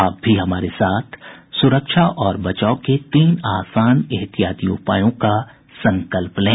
आप भी हमारे साथ सुरक्षा और बचाव के तीन आसान एहतियाती उपायों का संकल्प लें